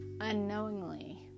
unknowingly